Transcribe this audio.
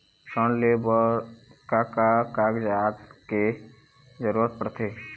ऋण ले बर का का कागजात के जरूरत पड़थे?